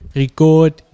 record